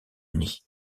uni